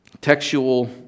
Textual